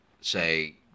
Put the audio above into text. say